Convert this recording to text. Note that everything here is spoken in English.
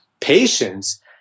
Patience